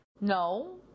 No